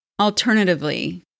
Alternatively